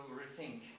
rethink